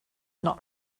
not